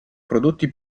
prodotti